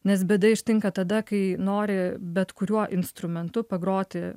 nes bėda ištinka tada kai nori bet kuriuo instrumentu pagroti